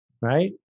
right